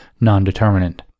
non-determinant